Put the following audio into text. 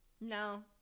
No